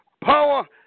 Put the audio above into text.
power